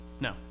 No